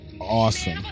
awesome